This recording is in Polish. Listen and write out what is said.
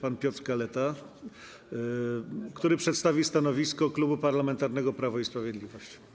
pan poseł Piotr Kaleta, który przedstawi stanowisko Klubu Parlamentarnego Prawo i Sprawiedliwość.